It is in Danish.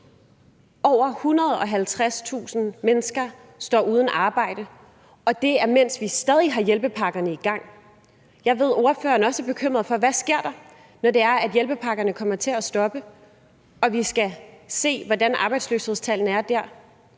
Over 150.000 mennesker står uden arbejde, og det er, mens vi stadig har hjælpepakkerne i gang. Jeg ved, at ordføreren også er bekymret for, hvad der sker, når det er, at hjælpepakkerne kommer til at stoppe, og vi skal se, hvordan arbejdsløshedstallene er der.